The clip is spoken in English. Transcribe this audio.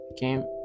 game